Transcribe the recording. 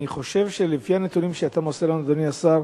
אני חושב שלפי הנתונים שאתה מוסר לנו, אדוני השר,